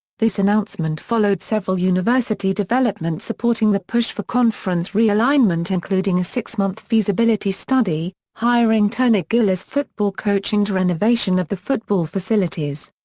this announcement followed several university developments supporting the push for conference re-alignment including a six month feasibility study, hiring turner gill as football coach and renovation of the football facilities.